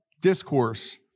discourse